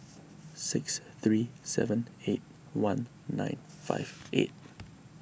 six three seven eight one nine five eight